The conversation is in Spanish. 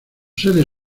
sede